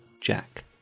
Jack